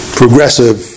progressive